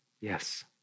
yes